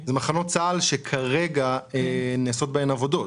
זה מחנות צה"ל שכרגע נעשות בהם עבודות.